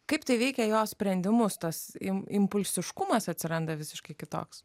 kaip tai veikia jo sprendimus tas impulsiškumas atsiranda visiškai kitoks